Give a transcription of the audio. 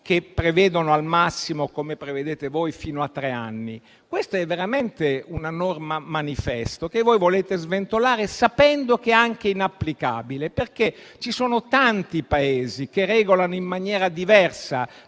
che prevedono al massimo - come fate voi - fino a tre anni. Questa è veramente una norma manifesto che voi volete sventolare, sapendo che è anche inapplicabile. Ci sono, infatti, tanti Paesi che regolano in maniera diversa